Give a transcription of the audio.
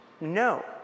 No